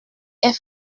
est